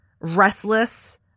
restless